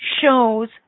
shows